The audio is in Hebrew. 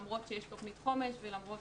למרות שיש תוכנית חומש ולמרות